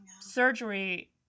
Surgery